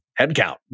headcount